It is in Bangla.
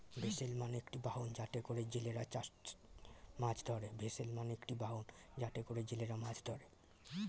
ভেসেল মানে একটি বাহন যাতে করে জেলেরা মাছ ধরে